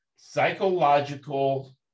Psychological